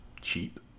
cheap